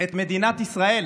את מדינת ישראל,